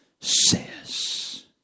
says